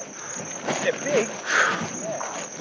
i